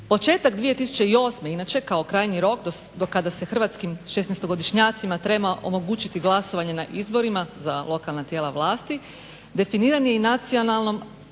Početak 2008. inače kao krajnji rok do kada se hrvatskim šesnaestogodišnjacima treba omogućiti glasovanje na izborima, za lokalna tijela vlasti, definiran je i nacionalnim